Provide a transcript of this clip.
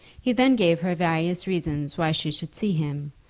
he then gave her various reasons why she should see him,